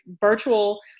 virtual